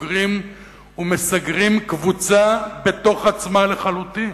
סוגרים ומסגרים קבוצה בתוך עצמה לחלוטין.